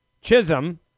Chisholm